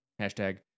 hashtag